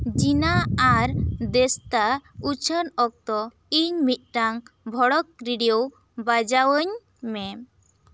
ᱡᱤᱱᱟ ᱟᱨ ᱫᱮᱥᱛᱟ ᱩᱪᱷᱟᱹᱱ ᱚᱠᱛᱚ ᱤᱧ ᱢᱤᱫᱴᱟᱝ ᱵᱷᱚᱲᱚᱠ ᱨᱮᱰᱤᱭᱳ ᱵᱟᱡᱟᱣᱟᱹᱧ ᱢᱮ